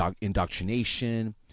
Indoctrination